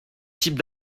types